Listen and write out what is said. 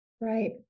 Right